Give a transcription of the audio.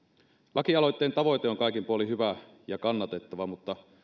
lakialoitteen tavoite on kaikin puolin hyvä ja kannatettava mutta